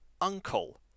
uncle